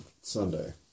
Sunday